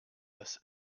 das